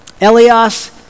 Elias